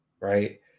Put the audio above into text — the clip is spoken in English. Right